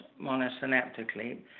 monosynaptically